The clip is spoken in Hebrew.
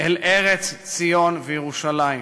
אל ארץ ציון וירושלים.